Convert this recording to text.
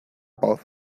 voz